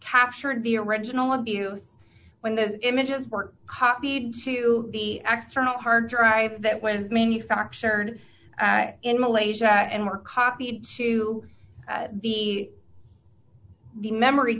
captured the original abuse when the images work copied to the extra hard drive that was manufactured in malaysia and were copied to the the memory